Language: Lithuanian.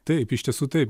taip iš tiesų taip